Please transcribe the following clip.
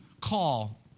call